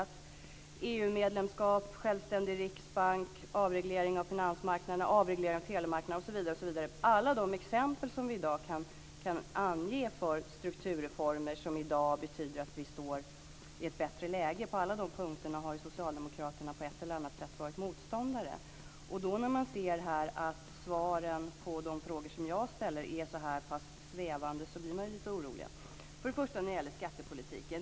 Det var också så när det gäller EU-medlemskapet, en självständig riksbank, avreglering av finansmarknaderna och telemarknaderna osv. I alla de exempel som vi i dag kan ange på strukturreformer som betyder att vi står i ett bättre läge har socialdemokraterna på ett eller annat sätt varit motståndare. När man ser att svaren på de frågor som jag ställt är så här pass svävande blir man därför lite orolig. Det gäller för det första skattepolitiken.